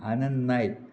Anand Naik